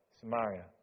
Samaria